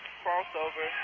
crossover